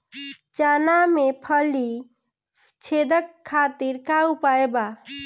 चना में फली छेदक खातिर का उपाय बा?